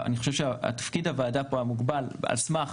אני חושב שתפקיד הוועדה פה היה מוגבל, על סמך